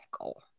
goal